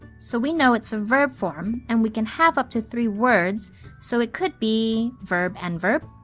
so we know it's a verb form, and we can have up to three words so it could be verb and verb.